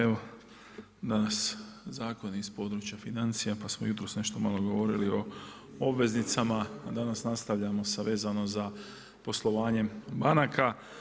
Evo zakon iz područja financija, pa smo jutros nešto malo govorili o obveznicama, a danas nastavljamo vezano za poslovanjem banaka.